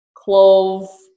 Clove